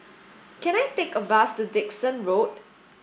can I take a bus to Dickson Road